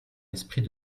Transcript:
esprit